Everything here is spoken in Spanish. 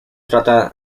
trata